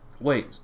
wait